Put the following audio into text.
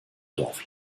dorf